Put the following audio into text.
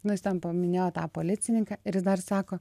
nu jis ten paminėjo tą policininką ir jis dar sako